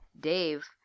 Dave